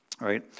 right